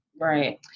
Right